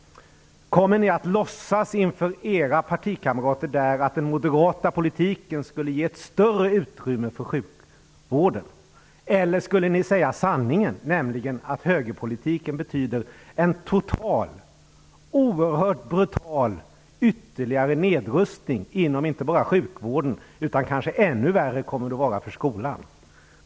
Kommer ni att låtsas inför era partikamrater där att den moderata politiken skulle ge ett större utrymme för sjukvården? Eller kommer ni att säga sanningen, nämligen att högerpolitiken betyder ytterligare en total och oerhört brutal nedrustning inte bara inom sjukvården utan även för skolan? Där kommer det kanske att bli ännu värre.